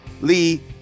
Lee